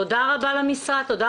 תודה רבה לך,